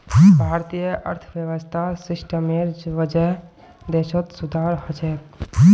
भारतीय अर्थव्यवस्था सिस्टमेर वजह देशत सुधार ह छेक